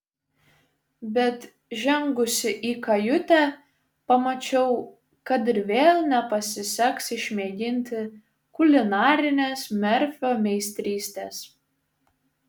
bet žengusi į kajutę pamačiau kad ir vėl nepasiseks išmėginti kulinarinės merfio meistrystės